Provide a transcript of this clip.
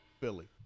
Philly